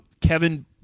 Kevin